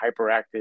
hyperactive